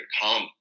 come